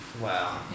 Wow